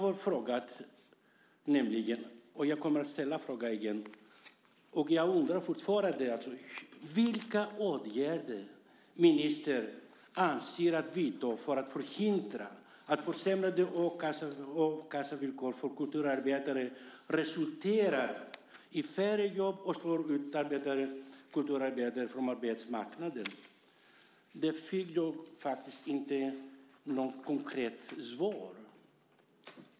Jag har nämligen frågat - och jag kommer att ställa frågan igen för jag undrar fortfarande - vilka åtgärder ministern avser att vidta för att förhindra att försämrade a-kassevillkor för kulturarbetare resulterar i färre jobb och slår ut kulturarbetare från arbetsmarknaden. Det fick jag inte något konkret svar på.